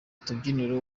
tubyiniro